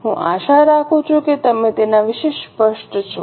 હું આશા રાખું છું કે તમે તેના વિશે સ્પષ્ટ છો